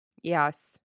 Yes